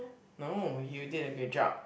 no you did a great job